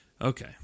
Okay